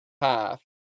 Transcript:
half